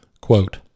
quote